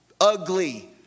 ugly